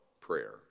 prayer